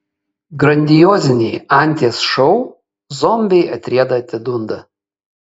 grandioziniai anties šou zombiai atrieda atidunda